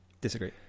Disagree